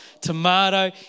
tomato